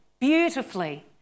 beautifully